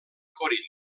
corint